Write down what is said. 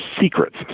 secrets